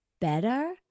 better